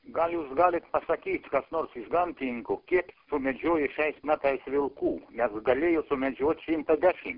gal jūs galit pasakyt kas nors iš gamtininkų kiek sumedžiojus šiais metais vilkų negu galėjo sumedžioti šimtą dešimt